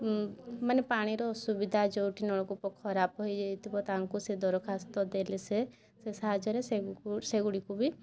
ମାନେ ପାଣିର ଅସୁବିଧା ଯୋଉଠି ନଳକୂପ ଖରାପ ହେଇଯାଇଥିବ ତାଙ୍କୁ ସେ ଦରଖାସ୍ତ ଦେଲେ ସେ ସେ ସାହାଯ୍ୟରେ ସେଗୁଡ଼ିକୁ ବି